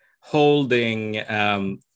holding